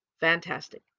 fantastic